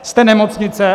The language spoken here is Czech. Jste nemocnice?